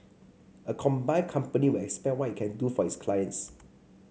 a combined company would expand what it can do for its clients